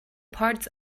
parts